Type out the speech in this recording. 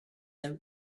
out